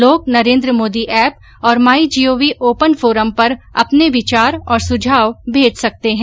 लोग नरेन्द्र मोदी ऐप और my G O V open forum पर अपने विचार और सुझाव भेज सकते हैं